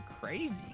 crazy